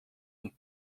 und